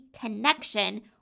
connection